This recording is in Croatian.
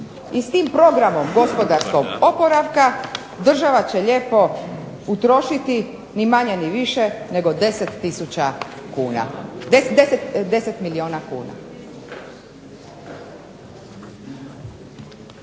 I s tim programom gospodarskog oporavka država će utrošiti lijepo ni manje ni više nego 10 milijuna kuna.